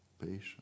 Patience